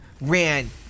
Ran